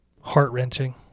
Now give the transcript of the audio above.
Heart-wrenching